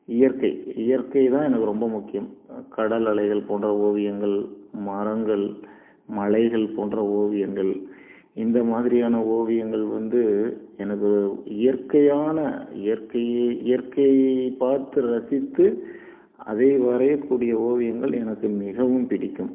இயற்கை இயற்கைதான் எனக்கு ரொம்ப முக்கியம் கடல் அலைகள் போன்ற ஓவியங்கள் மரங்கள் மலைகள் போன்ற ஓவியங்கள் இந்த மாதிரியான ஓவியங்கள் வந்து எனக்கு இயற்கையான இயற்கையை இயற்கையை பார்த்து ரசித்து அதை வரையக்கூடிய ஓவியங்கள் எனக்கு மிகவும் பிடிக்கும்